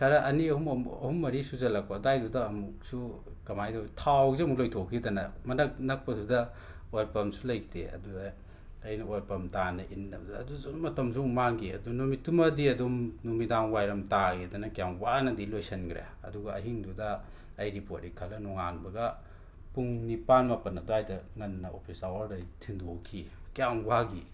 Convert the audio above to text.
ꯈꯔ ꯑꯅꯤ ꯑꯍꯨꯝ ꯑꯍꯨꯝ ꯃꯔꯤ ꯁꯨꯖꯜꯂꯛꯄ ꯑꯗꯨꯋꯥꯏꯗꯨꯗ ꯑꯃꯨꯛꯁꯨ ꯀꯃꯥꯏꯅ ꯇꯧꯒꯦꯗ ꯊꯥꯎꯁꯤ ꯑꯃꯨꯛ ꯂꯣꯏꯊꯣꯛꯈꯤꯗꯅ ꯃꯅꯥꯛ ꯅꯛꯄꯗꯨꯗ ꯑꯣꯏꯜ ꯄꯝꯁꯨ ꯂꯩꯇꯦ ꯑꯗꯨꯗ ꯑꯩꯅ ꯑꯣꯏꯜ ꯄꯝ ꯇꯥꯟꯅ ꯏꯟꯅꯕ ꯑꯗꯨꯁꯨ ꯑꯗꯨꯝ ꯃꯇꯝꯁꯨ ꯑꯃꯨꯛ ꯃꯥꯡꯈꯤꯌꯦ ꯑꯗꯨ ꯅꯨꯃꯤꯠ ꯇꯨꯃꯗꯤ ꯑꯗꯨꯝ ꯅꯨꯃꯤꯗꯥꯡ ꯋꯥꯏꯔꯝ ꯇꯥꯈꯤꯗꯅ ꯀꯌꯥꯝ ꯋꯥꯅꯗꯤ ꯂꯣꯏꯁꯟꯈ꯭ꯔꯦ ꯑꯗꯨꯒ ꯑꯍꯤꯡꯗꯨꯗ ꯑꯩ ꯔꯤꯄꯣꯠ ꯏꯈꯠꯂ ꯅꯣꯉꯥꯟꯕꯒ ꯄꯨꯡ ꯅꯤꯄꯥꯟ ꯃꯥꯄꯟ ꯑꯗꯨꯋꯥꯏꯗ ꯉꯟꯅ ꯑꯣꯐꯤꯁ ꯑꯋꯥꯔꯗ ꯑꯩ ꯊꯤꯟꯗꯣꯛꯈꯤꯌꯦ ꯀꯌꯥꯝ ꯋꯥꯈꯤ